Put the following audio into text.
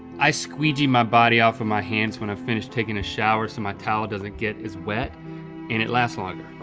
i squeegee my body off with my hands when i finish takin' a shower so my towel doesn't get as wet and it lasts longer.